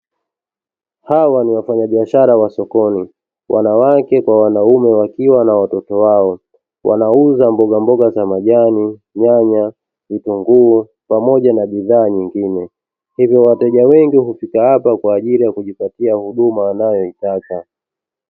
Hawa ni wafanyabiashara wa sokoni wanawake kwa wanaume, wakiwa wanauza mbogamboga za majani, nyanya, vitunguu, pamoja na bidhaa nyingine hivyo wateja wengi hufika hapa, ili kujipatia bidhaa wanazotaka.